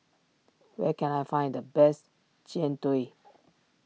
where can I find the best Jian Dui